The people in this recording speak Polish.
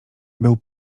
był